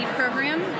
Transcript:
program